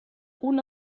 una